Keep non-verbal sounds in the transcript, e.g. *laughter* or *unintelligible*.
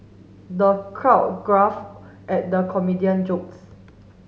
the crowd *unintelligible* at the comedian jokes